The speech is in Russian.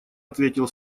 ответил